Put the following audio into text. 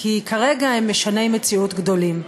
כי כרגע הם משני מציאות גדולים.